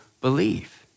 believe